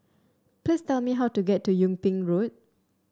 please tell me how to get to Yung Ping Road